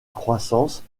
croissance